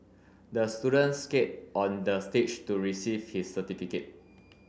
the student skate onto the stage to receive his certificate